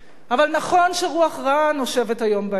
אבל נכון שרוח רעה נושבת היום באזור.